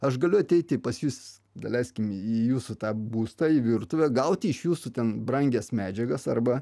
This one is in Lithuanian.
aš galiu ateiti pas jus daleiskim į jūsų tą būstą į virtuvę gauti iš jūsų ten brangias medžiagas arba